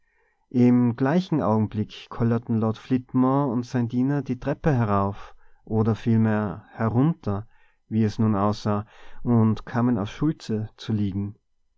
im gleichen augenblick kollerten lord flitmore und sein diener die treppe herauf oder vielmehr herunter wie es nun aussah und kamen auf schultze zu liegen